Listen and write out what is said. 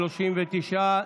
39,